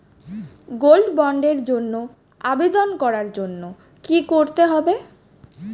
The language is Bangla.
গোল্ড বন্ডের জন্য আবেদন করার জন্য কি করতে হবে?